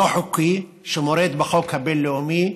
לא חוקי, שמורד בחוק הבין-לאומי,